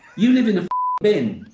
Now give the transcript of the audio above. you live in a bin.